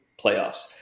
playoffs